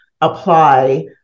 apply